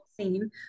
scene